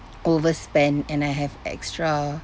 overspend and I have extra